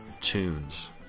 tunes